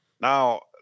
Now